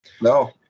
no